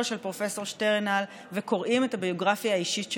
של פרופ' שטרנהל וקוראים את הביוגרפיה האישית שלו,